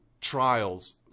trials